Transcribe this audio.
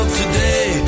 today